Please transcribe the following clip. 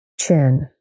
Chin